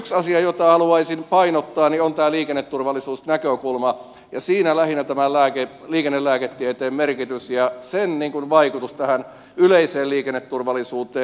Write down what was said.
yksi asia jota haluaisin painottaa on liikenneturvallisuusnäkökulma ja siinä lähinnä liikennelääketieteen merkitys ja sen vaikutus yleiseen liikenneturvallisuuteen